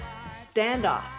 Standoff